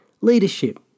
leadership